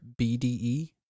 bde